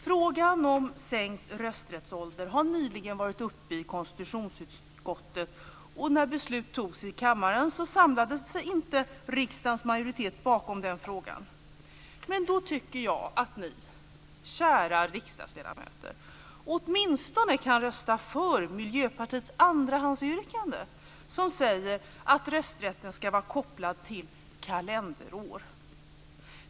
Frågan om sänkt rösträttsålder har nyligen varit uppe i konstitutionsutskottet, och när beslut fattades i kammaren samlade sig inte riksdagens majoritet bakom det förslaget. Då tycker jag att ni, kära riksdagsledamöter, åtminstone kan rösta för Miljöpartiets andrahandsyrkande som säger att rösträtten ska vara kopplad till kalenderår!